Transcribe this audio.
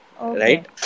Right